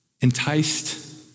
enticed